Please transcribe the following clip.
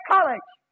College